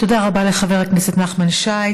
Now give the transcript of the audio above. תודה לחבר הכנסת נחמן שי.